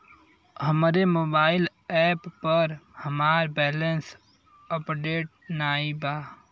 हमरे mobile app पर हमार बैलैंस अपडेट नाई बा